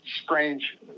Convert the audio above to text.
strange